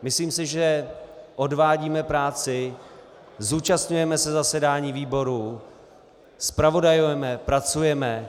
Myslím si, že odvádíme práci, zúčastňujeme se zasedání výborů, zpravodajujeme, pracujeme.